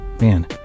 Man